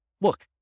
look